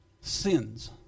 sins